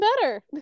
better